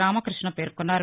రామక్బష్ణ పేర్కొన్నారు